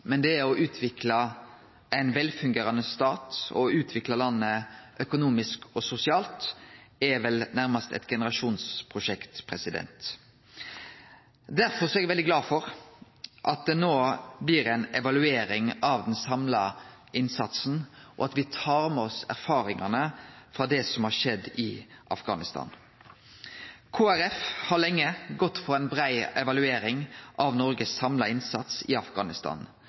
men å utvikle ein velfungerande stat og utvikle landet økonomisk og sosialt er vel nærast eit generasjonsprosjekt. Derfor er eg veldig glad for at det no blir ei evaluering av den samla innsatsen, og at me tar med oss erfaringane frå det som har skjedd i Afghanistan. Kristeleg Folkeparti har lenge gått inn for ei brei evaluering av Noregs samla innsats i Afghanistan,